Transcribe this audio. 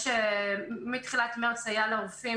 מתחילת מרץ, היה לרופאים